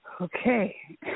Okay